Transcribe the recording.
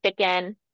chicken